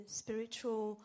spiritual